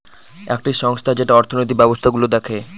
একটি সংস্থা যেটা অর্থনৈতিক ব্যবস্থা গুলো দেখে